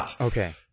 Okay